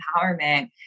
empowerment